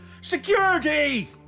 Security